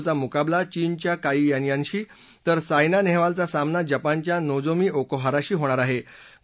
V सिंधूचा मुकाबला चीनच्या काई यान्यानशी तर सायना नेहवालचा सामना जपानच्या नोजोमी ओकोहराशी होणार आहे